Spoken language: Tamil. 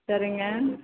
சரிங்க